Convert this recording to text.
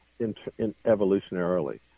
evolutionarily